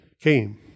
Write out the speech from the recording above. came